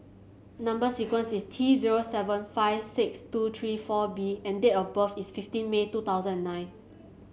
number sequence is T zero seven five six two three four B and date of birth is fifteen May two thousand and nine